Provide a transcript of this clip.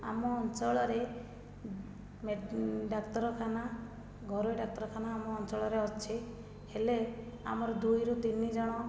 ଆମ ଅଞ୍ଚଳରେ ଡାକ୍ତରଖାନା ଘରୋଇ ଡାକ୍ତରଖାନା ଆମ ଅଞ୍ଚଳରେ ଅଛି ହେଲେ ଆମର ଦୁଇରୁ ତିନିଜଣ